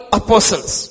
apostles